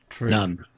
None